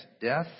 death